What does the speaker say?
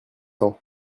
ans